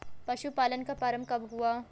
पशुपालन का प्रारंभ कब हुआ?